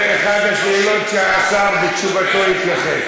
זה חשוב מאוד.